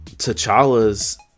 T'Challa's